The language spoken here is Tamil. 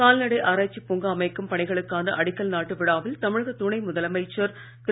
கால்நடை ஆராய்ச்சி பூங்கா அமைக்கும் பணிகளுக்கான அடிக்கல் நாட்டு விழாவில் தமிழக துணை முதலமைச்சர் திரு